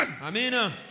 Amen